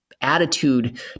attitude